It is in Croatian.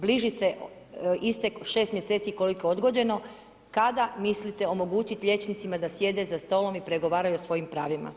Bliži se istek 6 mj. koliko je odgođeno, kada mislite omogućiti liječnicima da sjede za stolom i pregovaraju o svojim pravima.